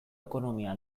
ekonomia